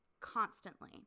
Constantly